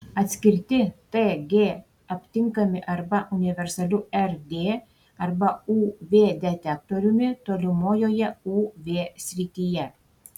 atskirti tg aptinkami arba universaliu rd arba uv detektoriumi tolimojoje uv srityje